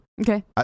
Okay